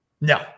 No